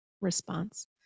response